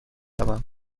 بشوم